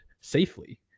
safely